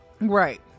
Right